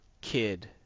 kid